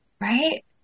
Right